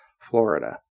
Florida